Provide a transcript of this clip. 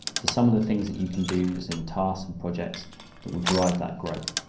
so some of the things that you can do is in tasks and projects that will drive that growth.